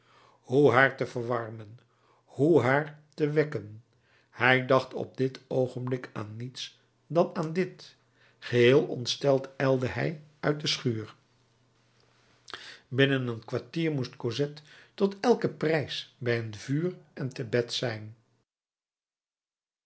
hoe haar te verwarmen hoe haar te wekken hij dacht op dit oogenblik aan niets dan aan dit geheel ontsteld ijlde hij uit de schuur binnen een kwartier moest cosette tot elken prijs bij een vuur en te bed zijn